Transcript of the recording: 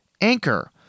Anchor